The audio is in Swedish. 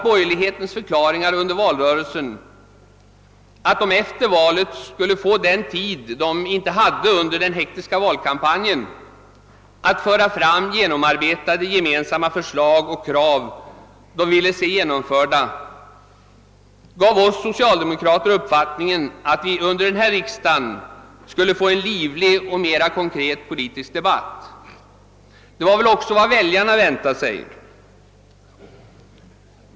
Borgerlighetens förklaringar under valrörelsen att man efter valet skulle få den tid man inte hade under den hektiska valkampen att föra fram genomarbetade gemensamma förslag och krav på sådant man ville se genomfört gav oss socialdemokrater uppfattningen att vi under denna riksdag skulle få en livlig och mera konkret politisk debatt. Det var väl också vad väljarna väntade sig.